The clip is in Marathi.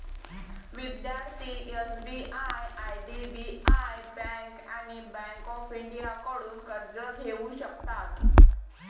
विद्यार्थी एस.बी.आय आय.डी.बी.आय बँक आणि बँक ऑफ इंडियाकडून कर्ज घेऊ शकतात